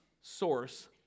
source